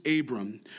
Abram